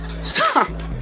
Stop